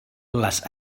les